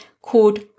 called